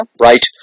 Right